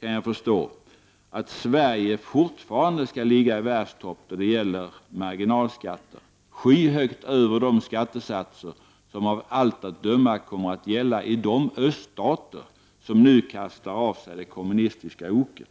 kan jag förstå, att Sverige fortfarande skall ligga i världstopp då det gäller marginalskatter, skyhögt över de skattesatser som av allt att döma kommer att gälla i de öststater som nu kastar av sig det kommunistiska oket.